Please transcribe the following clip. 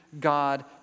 God